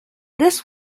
this